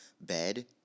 bed